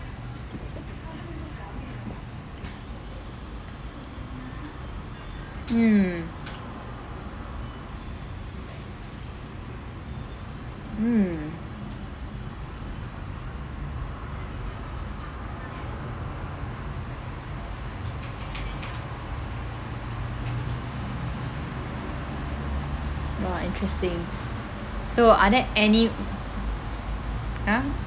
mm mm !wah! interesting so are there any !huh!